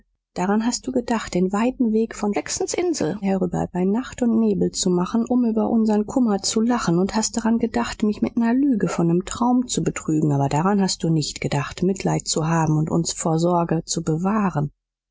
daran hast du gedacht den weiten weg von jacksons insel herüber bei nacht und nebel zu machen um über unsern kummer zu lachen und hast dran gedacht mich mit ner lüge von dem traum zu betrügen aber daran hast du nicht gedacht mitleid zu haben und uns vor sorge zu bewahren